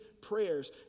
prayers